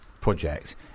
project